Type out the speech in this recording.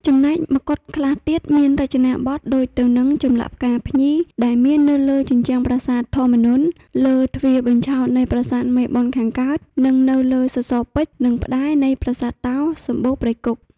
ចំណែកមកុដខ្លះទៀតមានរចនាម៉ូតដូចទៅនិងចម្លាក់ផ្កា ភ្ញីដែលមាននៅលើជញ្ជ្រាំប្រាសាទធម្មនន្ទ លើទ្វារបញ្ឆោតនៃប្រាសាទមេបុណ្យខាងកើតនិង នៅលើសរសរពេជ្រ និងផ្ដែរ នៃប្រាសាទតោ សំបូរព្រៃគុក។